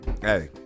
Hey